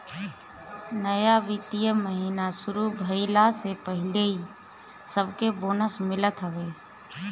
नया वित्तीय महिना शुरू भईला से पहिले सबके बोनस मिलत हवे